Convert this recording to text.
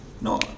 No